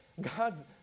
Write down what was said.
God's